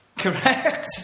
Correct